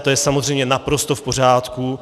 To je samozřejmě naprosto v pořádku.